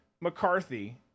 McCarthy